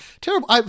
terrible